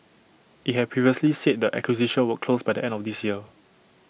IT had previously said the acquisition would close by the end of this year